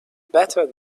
better